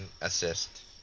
assist